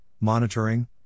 monitoring